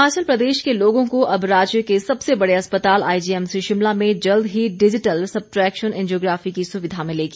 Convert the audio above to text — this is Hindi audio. हिमाचल प्रदेश के लोगों को अब राज्य के सबसे बड़े अस्पताल आईजीएमसी शिमला में जल्द ही डिजीटल सबट्रेक्शन एंजियोग्राफी की सुविधा मिलेगी